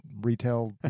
retail